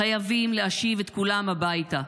חייבים להשיב את כולם הביתה.